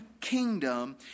kingdom